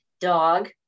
dog